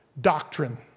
doctrine